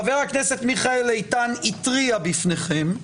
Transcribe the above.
חבר הכנסת מיכאל איתן התריע בפניכם,